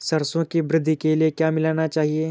सरसों की वृद्धि के लिए क्या मिलाना चाहिए?